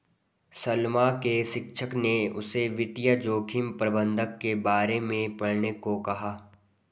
सलमा के शिक्षक ने उसे वित्तीय जोखिम प्रबंधन के बारे में पढ़ने को कहा